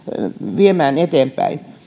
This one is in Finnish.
viemään eteenpäin